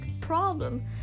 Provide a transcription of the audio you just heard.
problem